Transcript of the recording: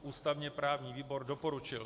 Ústavněprávní výbor doporučil.